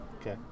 Okay